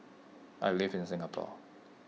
I live in Singapore